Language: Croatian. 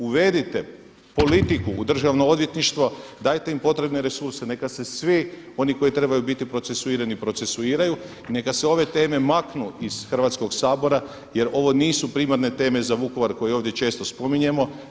Uvedite politiku u državno odvjetništvo, dajte im potrebne resurse neka se svi oni koji trebaju biti procesuirani procesuiraju i neka se ove teme maknu iz Hrvatskog sabora jer ovo nisu primarne teme za Vukovar koje ovdje često spominjemo.